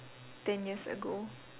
ten years ago